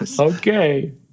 okay